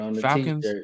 Falcons